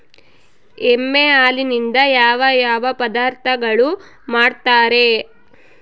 ಎಮ್ಮೆ ಹಾಲಿನಿಂದ ಯಾವ ಯಾವ ಪದಾರ್ಥಗಳು ಮಾಡ್ತಾರೆ?